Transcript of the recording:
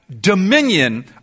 dominion